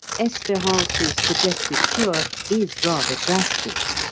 esperance's suggested cure is rather drastic.